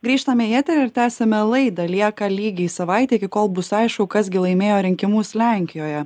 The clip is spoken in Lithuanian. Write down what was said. grįžtame į eterį ir tęsiame laidą lieka lygiai savaitė iki kol bus aišku kas gi laimėjo rinkimus lenkijoje